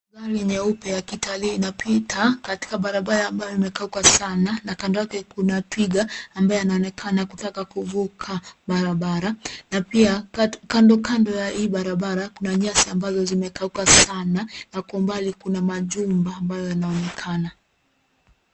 Gari nyeupe ya kitalii inapita katika barabara ambayo imekauka sana na kando yake kuna twiga ambaye anaonekana kutaka kuvuka barabara. Na pia kando kando ya hii barabara kuna nyasi ambazo zimekauka sana na kwa umbali kuna majumba ambayo yanaonekana.